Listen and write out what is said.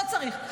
לא צריך.